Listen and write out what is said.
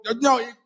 No